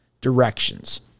directions